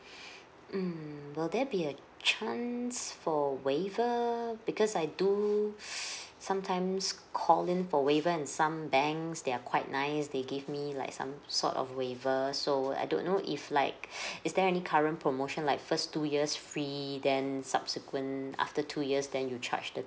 mm will there be a chance for waiver because I do sometimes call in for waiver and some banks they are quite nice they give me like some sort of waiver so I don't know if like is there any current promotion like first two years free then subsequent after two years then you charge the